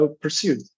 pursued